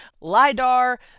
LIDAR